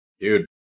Dude